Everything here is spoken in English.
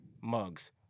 mugs